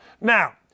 Now